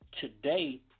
today